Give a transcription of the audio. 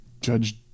Judge